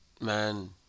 man